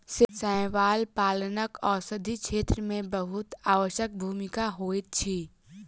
शैवाल पालनक औषधि क्षेत्र में बहुत आवश्यक भूमिका होइत अछि